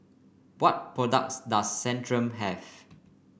what products does Centrum have